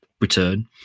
Return